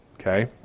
Okay